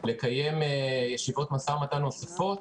לקיים ישיבות משא ומתן נוספות